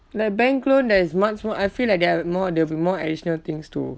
like bank loan there is much more I feel like there are more there'll be more additional things to